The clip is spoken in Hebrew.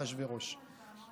אחשוורוש.